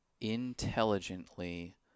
intelligently